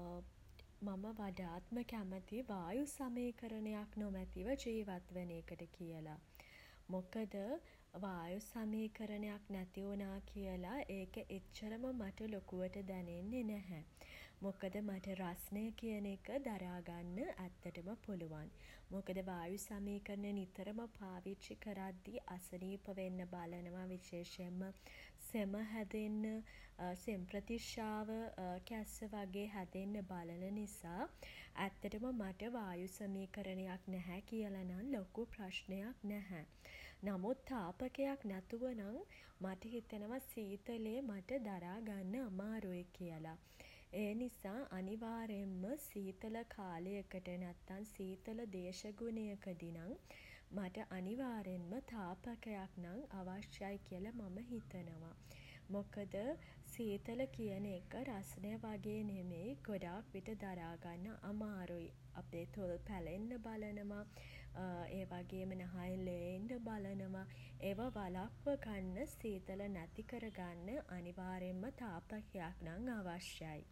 මම වඩාත්ම කැමති වායු සමීකරණයක් නොමැතිව ජීවත් වෙන එකට කියල. මොකද වායු සමීකරණයක් නැතිවුණා කියලා ඒක එච්චරම මට ලොකුවට දැනෙන්නේ නැහැ. මොකද මට රස්නය කියන එක දරා ගන්න ඇත්තටම පුලුවන්. මොකද වායු සමීකරණ නිතරම පාවිච්චි කරද්දි අසනීප වෙන්න බලනවා. විශේෂයෙන්ම සෙම හැදෙන්න සෙම්ප්‍රතිශ්‍යාව කැස්ස වගේ හැදෙන්න බලන නිසා ඇත්තටම මට වායුසමීකරණයක් නැහැ කියලා නම් ලොකු ප්‍රශ්නයක් නැහැ. නමුත් තාපකයක් නැතුව නම් මට හිතෙනවා සීතලේ මට දරාගන්න අමාරුයි කියලා. ඒ නිසා අනිවාර්යෙන්ම සීතල කාලයකට නැත්නම් සීතල දේශගුණයකදි නම් මට අනිවාර්යෙන්ම තාපකයක් නම් අවශ්‍යයි කියලා මම හිතනවා. මොකද සීතල කියන එක රස්නය වගේ නෙමෙයි ගොඩක් විට දරාගන්න අමාරුයි. අපේ තොල් පැලෙන්න බලනවා ඒ වගේම නහයෙන් ලේ එන්න බලනවා. ඒවා වළක්වගන්න සීතල නැති කරගන්න අනිවාර්යෙන්ම තාපකයක් නම් අවශ්‍යයි.